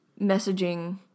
messaging